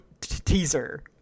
teaser